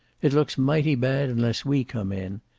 it looks mighty bad, unless we come in.